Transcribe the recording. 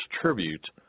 tribute